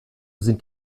sind